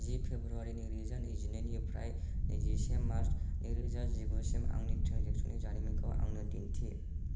जि फेब्रुवारि नैरोजा नैजिनैनिफ्राय नैजिसे मार्च नैरोजा जिगुसिम आंनि ट्रेन्जेकसननि जारिमिनखौ आंनो दिन्थि